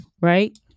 right